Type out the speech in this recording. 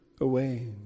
away